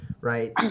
right